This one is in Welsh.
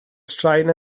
straen